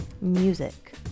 Music